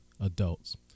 adults